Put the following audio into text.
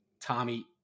Tommy